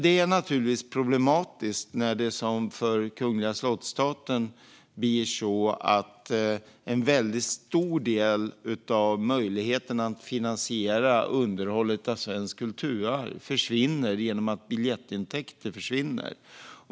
Det är problematiskt när, som för Kungliga Hovstaterna, en stor del av möjligheten att finansiera underhållet av svenskt kulturarv försvinner i och med att biljettintäkter försvinner.